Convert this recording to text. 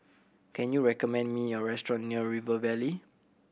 can you recommend me a restaurant near River Valley